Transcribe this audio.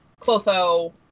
clotho